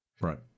Right